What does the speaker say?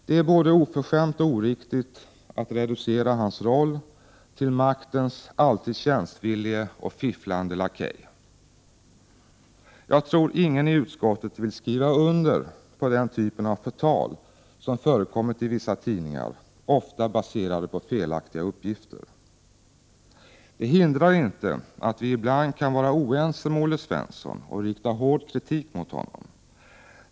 Det är både oförskämt och oriktigt att reducera hans roll till att vara maktens alltid tjänstvillige och fifflande lakej. Jag tror inte att någon i utskottet vill skriva under på den typen av förtal som har förekommit i vissa tidningar, ofta baserat på felaktiga uppgifter. Det hindrar inte att vi ibland kan vara oense med Olle Svensson och rikta hård kritik mot honom.